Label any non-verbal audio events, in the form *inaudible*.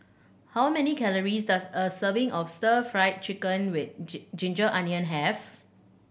how many calories does a serving of Stir Fry Chicken with *unintelligible* ginger onion have